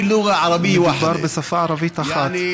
מדובר בשפה ערבית אחת.)